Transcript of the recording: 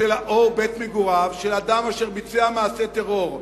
או בית-מגוריו של אדם אשר ביצע מעשה טרור,